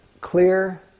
clear